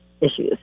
issues